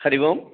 Hari Om